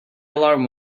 alarm